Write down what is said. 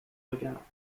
regards